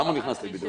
למה הוא נכנס לבידוד?